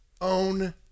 own